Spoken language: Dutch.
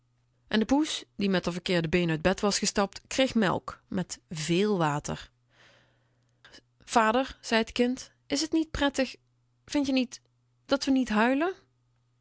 en de poes die met r verkeerde been uit bed was gestapt kreeg melk met véél water vader zei t kind t is erg prettig vind je niet dat we niet huilen